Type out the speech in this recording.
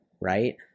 right